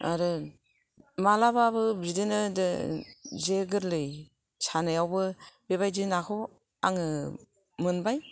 आरो मालाबाबो बिदिनो जे गोरलै सानायावबो बेबादि नाखौ आङो मोनबाय